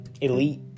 elite